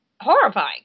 horrifying